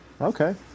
Okay